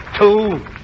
Two